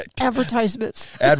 Advertisements